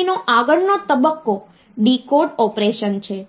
કરવાનું ચાલુ રાખીશું